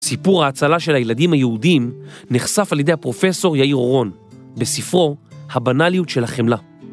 סיפור ההצלה של הילדים היהודים נחשף על ידי הפרופסור יאיר אורון בספרו "הבנאליות של החמלה"